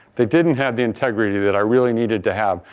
they didn't have the integrity that i really needed to have.